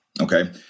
Okay